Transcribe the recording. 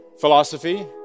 philosophy